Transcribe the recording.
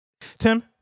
tim